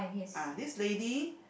ah this lady